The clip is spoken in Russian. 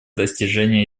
достижения